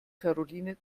karoline